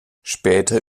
später